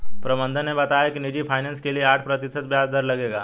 प्रबंधक ने बताया कि निजी फ़ाइनेंस के लिए आठ प्रतिशत ब्याज दर लगेगा